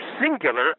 singular